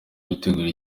gutegura